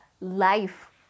life